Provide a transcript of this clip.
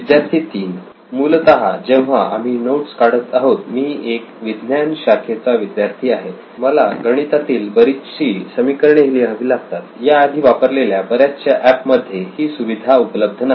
विद्यार्थी 3 मूलतः जेव्हा आम्ही नोट्स काढत आहोत मी एक विज्ञान शाखेचा विद्यार्थी आहे मला गणितातील बरीचशी समीकरणे लिहावी लागतात याआधी वापरलेल्या बऱ्याचशा एप मध्ये ही सुविधा उपलब्ध नाही